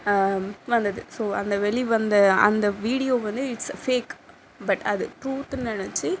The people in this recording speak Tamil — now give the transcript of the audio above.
வந்தது ஸோ அந்த வெளி வந்த அந்த வீடியோ வந்து இட்ஸ் ஃபேக் பட் அது ட்ரூத்னு நினைச்சி